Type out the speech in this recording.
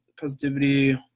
Positivity